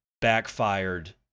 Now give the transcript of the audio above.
backfired